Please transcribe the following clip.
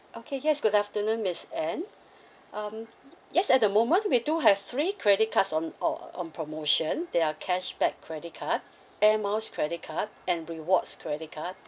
okay yes good afternoon miss ann um yes at the moment we do have three credit cards on uh uh on promotion they are cashback credit card air miles credit card and rewards credit card